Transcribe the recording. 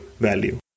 value